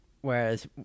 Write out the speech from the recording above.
Whereas